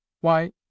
Why